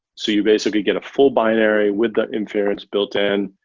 so you basically get a full binary with that inference built in.